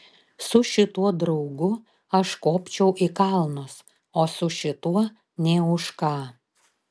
su šituo draugu aš kopčiau į kalnus o su šituo nė už ką